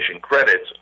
credits